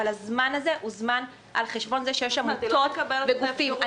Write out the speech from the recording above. אבל הזמן הזה הוא על חשבון זה שיש עמותות וגופים שממתינים.